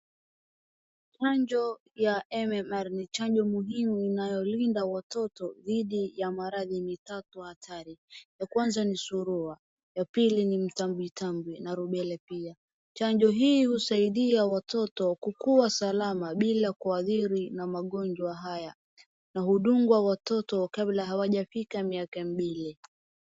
Chanjo ya MMR ni chanjo muhimu unayolinda watoto dhidi ya maradhi mitatu hatari. Ya kwanza ni surua. Ya pili ni mitambwitambwi na rubella pia. Chanzo hii husaidia watoto kukua salama bila kuathiri na magonjwa haya na hudungwa watoto kabla hawajafika miaka mbili.